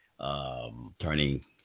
turning